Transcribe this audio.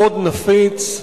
מאוד נפיץ,